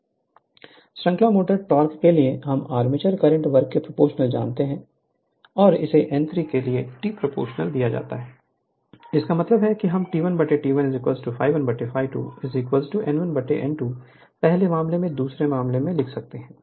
Refer Slide Time 1942 श्रृंखला motor torque के लिए हम आर्मेचर करंट वर्ग के प्रोपोर्शनल जानते हैं और इसे n 3 के लिए T प्रोपोर्शनल दिया जाता है इसका मतलब है हम T1 T2 ∅1∅22 n1n23 पहले मामले दूसरे मामले में लिख सकते हैं